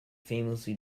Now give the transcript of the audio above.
famously